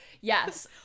yes